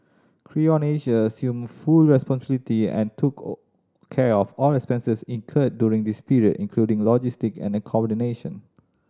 Creon Asia assumed full responsibility and took care of all expenses incurred during this period including logistic and accommodation